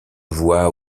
voix